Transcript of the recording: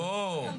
ברור,